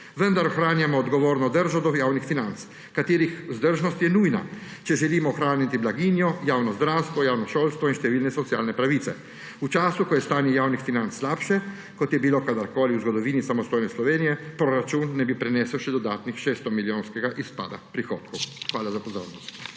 vendar ohranjamo odgovorno držo do javnih financ, katerih vzdržnost je nujna, če želimo ohraniti blaginjo, javno zdravstvo, javno šolstvo in številne socialne pravice. V času, ko je stanje javnih financ slabše, kot je bilo kadarkoli v zgodovini samostojne Slovenije, proračun ne bi prenesel še dodatnega 600-milijonskega izpada prihodkov. Hvala za pozornost.